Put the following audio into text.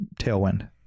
tailwind